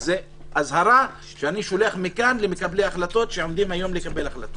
זו אזהרה שאני שולח מכאן למקבלי ההחלטות שעומדים היום לקבל החלטות.